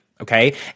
Okay